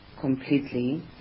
completely